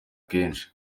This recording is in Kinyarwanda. kenshi